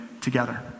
together